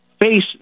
face